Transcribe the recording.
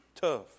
tough